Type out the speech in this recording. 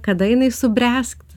kada jinai subręs